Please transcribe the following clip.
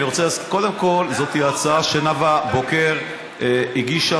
קודם כול זאת הצעה שנאווה בוקר הגישה,